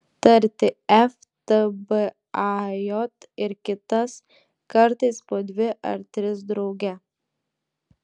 tarti f t b a j ir kitas kartais po dvi ar tris drauge